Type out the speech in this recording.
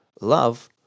Love